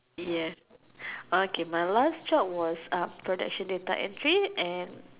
yes okay my last job is production data entry and